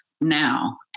now